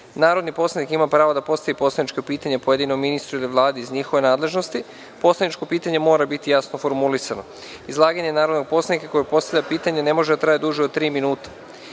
pitanja. Narodni poslanik ima pravo da postavi poslaničko pitanje pojedinom ministru ili Vladi iz njihove nadležnosti. Poslaničko pitanje mora biti jasno formulisano. Izlaganje narodnog poslanika koji postavlja pitanje ne može da traje duže od tri